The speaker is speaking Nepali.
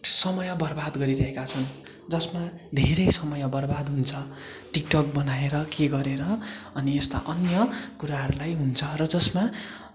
समय बर्बाद गरिरहेका छन् जसमा धेरै समय बर्बाद हुन्छ टिकटक बनाएर के गरेर अनि यस्ता अन्य कुराहरलाई हुन्छ र जसमा